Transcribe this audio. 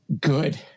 good